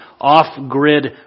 off-grid